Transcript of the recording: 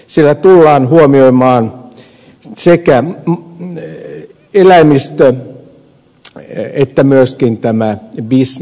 siellä tullaan huomioimaan sekä eläimistö että myöskin tämä bisnes